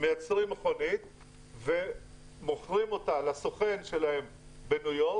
מייצרים מכונית ומוכרים אותה לסוכן שלהם בניו-יורק,